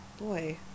boy